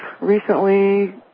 recently